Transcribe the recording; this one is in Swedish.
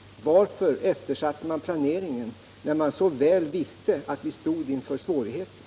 Varför eftersatte man planeringen, när man så väl visste att vi stod inför svårigheter?